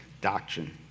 doctrine